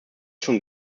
schon